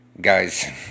Guys